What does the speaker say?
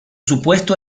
supuesto